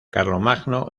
carlomagno